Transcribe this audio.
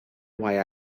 why